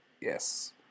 yes